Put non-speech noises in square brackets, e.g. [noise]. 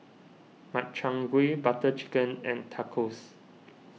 Makchang Gui Butter Chicken and Tacos [noise]